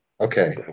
okay